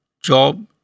job